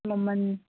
ꯃꯃꯜ